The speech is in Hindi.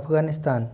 अफगानिस्तान